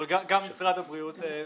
גם משרד הבריאות.